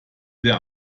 der